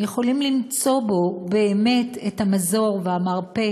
יכולים למצוא בו באמת את המזור והמרפא